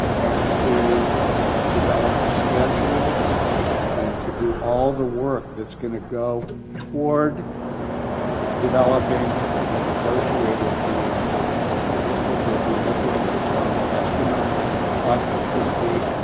and to develop a schedule and to do all the work, that's gonna go toward developing a negotiated gmp. so the district would be looking at its own estimate for what the cost is gonna be.